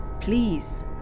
please